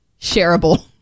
shareable